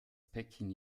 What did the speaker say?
päckchen